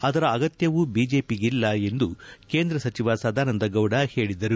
ಅದರ ಅಗತ್ಯವೂ ಬಿಜೆಪಿಗಿಲ್ಲ ಎಂದು ಕೇಂದ್ರ ಸಚಿವ ಸದಾನಂದಗೌಡ ಹೇಳದರು